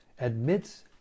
Admits